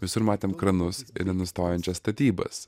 visur matėm kranus ir nenustojančias statybas